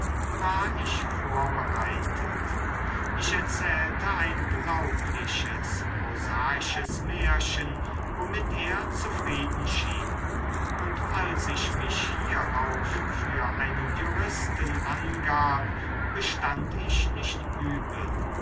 war ich vorbereitet ich erzählte ein glaubliches prosaisches märchen womit er zufrieden schien und als ich mich hierauf für einen juristen angab bestand ich nicht übel